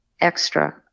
extra